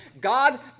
God